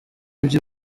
by’i